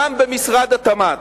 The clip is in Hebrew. גם במשרד התמ"ת.